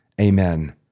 amen